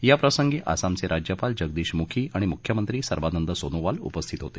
याप्रसंगी आसामचे राज्यपाल जगदीश मुखी आणि मुख्यमंत्री सर्वानंद सोनोवाल उपस्थित होते